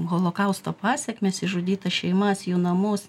holokausto pasekmes išžudytas šeimas jų namus